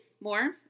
more